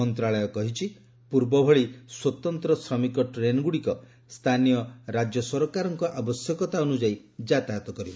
ମନ୍ତ୍ରଣାଳୟ କହିଛି ପୂର୍ବ ଭଳି ସ୍ୱତନ୍ତ୍ର ଶ୍ରମିକ ଟ୍ରେନ୍ଗୁଡ଼ିକ ସ୍ଥାନୀୟ ରାଜ୍ୟସରକାରଙ୍କ ଆବଶ୍ୟକତା ନେଇ ଯାତାୟତ କରିବ